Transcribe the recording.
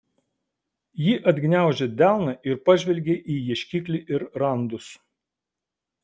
ji atgniaužė delną ir pažvelgė į ieškiklį ir randus